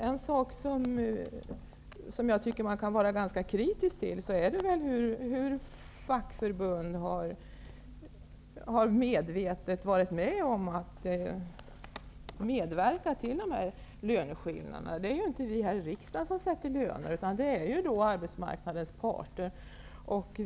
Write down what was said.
En sak som man kan vara ganska kritisk till är att fackförbunden medvetet medverkat till löneskillnader. De är inte vi här i riksdagen som sätter lönerna, utan det gör arbetsmarknadens parter.